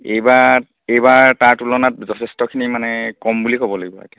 এইবাৰ এইবাৰ তাৰ তুলনাত যথেষ্টখিনি মানে কম বুলি ক'ব লাগিব একে